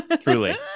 Truly